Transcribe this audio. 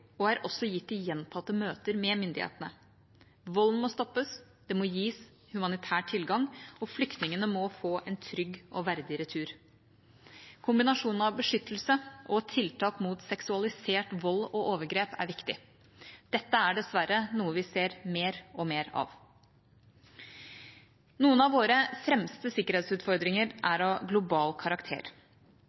og er også gitt i gjentatte møter med myndighetene: Volden må stoppes, det må gis humanitær tilgang, og flyktningene må få en trygg og verdig retur. Kombinasjonen av beskyttelse og tiltak mot seksualisert vold og overgrep er viktig. Dette er dessverre noe vi ser mer og mer av. Noen av våre fremste sikkerhetsutfordringer er av global karakter.